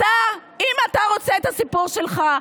אם אתה רוצה את הסיפור שלך,